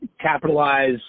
capitalize